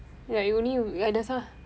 like you only uh that's ah